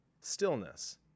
stillness